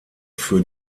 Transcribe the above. für